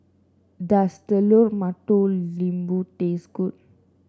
does Telur Mata Lembu taste good